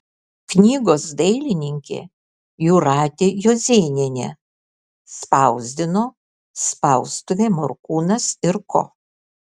knygos dailininkė jūratė juozėnienė spausdino spaustuvė morkūnas ir ko